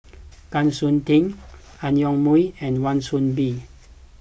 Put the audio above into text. Kwa Siew Tee Ang Yoke Mooi and Wan Soon Bee